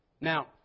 Now